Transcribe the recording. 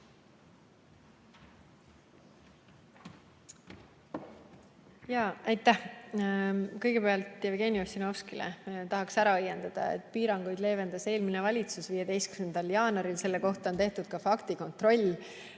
Aitäh! Kõigepealt vastan Jevgeni Ossinovskile. Tahaks ära õiendada, et piiranguid leevendas eelmine valitsus 15. jaanuaril. Selle kohta on tehtud ka faktikontroll.